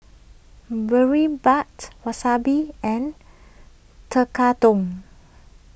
Boribap Wasabi and Tekkadon